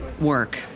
work